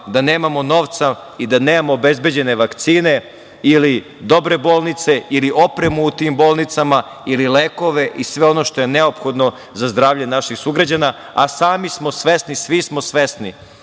da nemamo novca i da nemamo obezbeđene vakcine ili dobre bolnice, ili opremu u tim bolnicama, ili lekove i sve ono što je neophodno za zdravlje naših sugrađana. Sami smo svesni, svi smo svesni